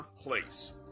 place